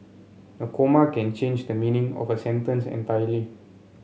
a comma can change the meaning of a sentence entirely